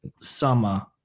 summer